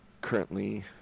currently